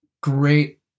great